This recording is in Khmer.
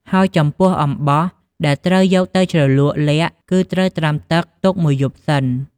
ហើយចំពោះអំបោះដែលត្រូវយកទៅជ្រលក់ល័ក្តគឺត្រូវត្រាំទឹកទុកមួយយប់សិន។